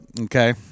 Okay